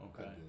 Okay